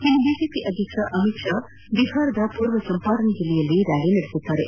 ಇನ್ನು ಬಿಜೆಪಿ ಅಧ್ಯಕ್ಷ ಅಮಿತ್ ಶಾ ಬಿಹಾರದ ಪೂರ್ವ ಚಂಪಾರಣ್ ಜಿಲ್ಲೆಯಲ್ಲಿ ರ್ಯಾಲಿ ನಡೆಸಲಿದ್ದಾರೆ